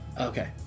Okay